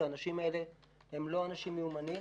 והאנשים האלה הם לא אנשים מיומנים.